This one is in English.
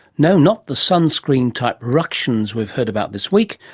no, not the sunscreen type ructions we've heard about this week,